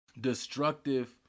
destructive